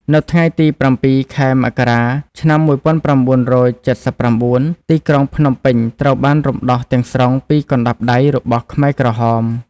នៅថ្ងៃទី ៧ ខែមករា ឆ្នាំ ១៩៧៩ ទីក្រុងភ្នំពេញត្រូវបានរំដោះទាំងស្រុងពីកណ្ដាប់ដៃរបស់ខ្មែរក្រហម។